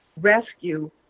rescue